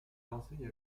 enseigne